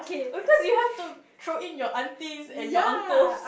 of course you have to throw in your aunties and your uncles